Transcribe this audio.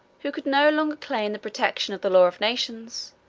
who could no longer claim the protection of the law of nations,